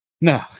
No